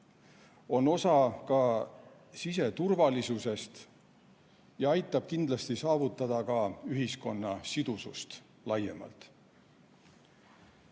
on osa ka siseturvalisusest ja aitab kindlasti saavutada ühiskonna sidusust laiemalt. Teadusele